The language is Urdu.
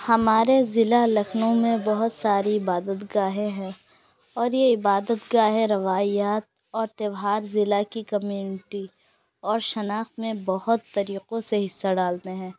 ہمارے ضلع لکھنؤ میں بہت ساری عبادت گاہیں ہیں اور یہ عبادت گاہیں روایات اور تہوار ضلع کی کمیونٹی اور شناخت میں بہت طریقوں سے حصہ ڈالتے ہیں